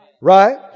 Right